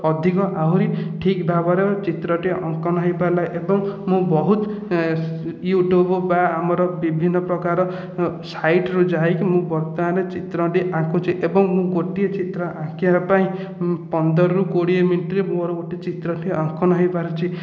ଅଧିକ ଆହୁରି ଠିକ୍ ଭାବରେ ଚିତ୍ରଟି ଅଙ୍କନ ହୋଇପାରିଲା ଏବଂ ମୁଁ ବହୁତ ୟୁଟୁବ୍ ବା ଆମର ବିଭିନ୍ନ ପ୍ରକାର ସାଇଟ୍ ରୁ ଯାଇକି ମୁଁ ବର୍ତ୍ତମାନ ଚିତ୍ରଟି ଆଙ୍କୁଛି ଏବଂ ମୁଁ ଗୋଟିଏ ଚିତ୍ର ଆଙ୍କିବା ପାଇଁ ମୁଁ ପନ୍ଦରରୁ କୋଡ଼ିଏ ମିନିଟରେ ମୋର ଗୋଟିଏ ଚିତ୍ରଟି ଅଙ୍କନ ହେଇପାରୁଛି